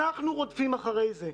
אנחנו רודפים אחר זה.